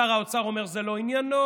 שר האוצר אומר שזה לא עניינו,